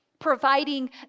providing